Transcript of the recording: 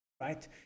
right